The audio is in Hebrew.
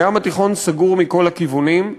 הים התיכון סגור מכל הכיוונים,